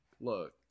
Look